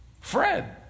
Fred